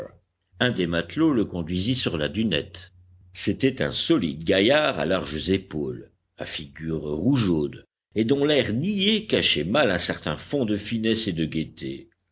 un des matelots le conduisit sur la dunette c'était un solide gaillard à larges épaules à figure rougeaude et dont l'air niais cachait mal un certain fonds de finesse et de gaieté